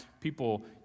people